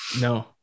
No